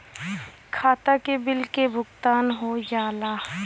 खाता से बिल के भुगतान हो जाई?